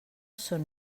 són